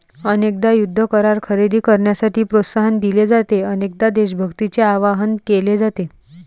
अनेकदा युद्ध करार खरेदी करण्यासाठी प्रोत्साहन दिले जाते, अनेकदा देशभक्तीचे आवाहन केले जाते